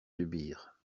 subir